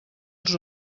els